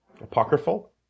Apocryphal